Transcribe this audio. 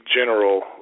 general